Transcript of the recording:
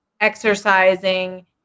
exercising